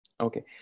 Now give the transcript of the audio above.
okay